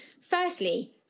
firstly